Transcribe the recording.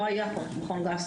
לא היה מכון גסטרו,